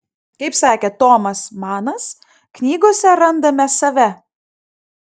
kaip sakė tomas manas knygose randame save